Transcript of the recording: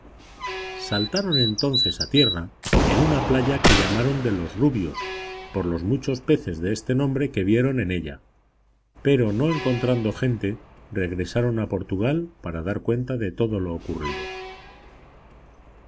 saltaron entonces a tierra en una playa que llamaron de los rubios por los muchos peces de este nombre que vieron en ella pero no encontrando gente regresaron a portugal a dar cuenta de todo lo ocurrido